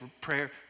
prayer